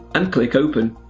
and click open.